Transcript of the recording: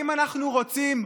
האם אנחנו רוצים,